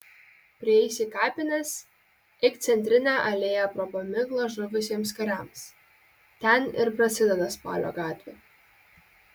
prieisi kapines eik centrine alėja pro paminklą žuvusiems kariams ten ir prasideda spalio gatvė